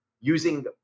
using